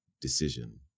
decision